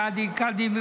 קאדים,